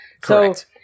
correct